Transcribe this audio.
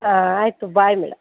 ಹಾಂ ಆಯಿತು bye madam